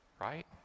right